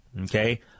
okay